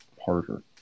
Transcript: harder